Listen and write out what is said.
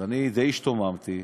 אני די השתוממתי,